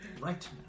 right